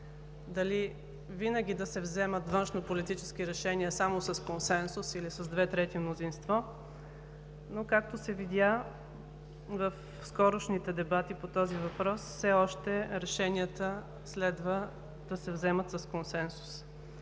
дали винаги да се вземат външнополитически решения само с консенсус или с две трети мнозинство, но както се видя в скорошните дебати по този въпрос, все още решенията следва да се вземат с консенсус,